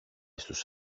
στους